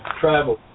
travel